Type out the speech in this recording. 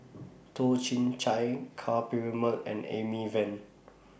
Toh Chin Chye Ka Perumal and Amy Van